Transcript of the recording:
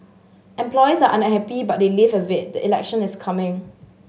employees are unhappy but they live with it the election is coming